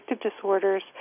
disorders